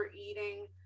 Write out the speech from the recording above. eating